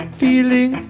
feeling